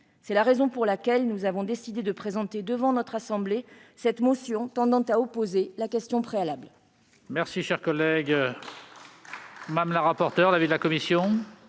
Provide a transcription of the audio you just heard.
C'est la raison pour laquelle nous avons décidé de présenter devant notre assemblée cette motion tendant à opposer la question préalable.